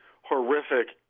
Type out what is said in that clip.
horrific